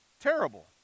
terrible